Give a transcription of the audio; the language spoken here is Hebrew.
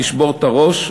תשבור את הראש.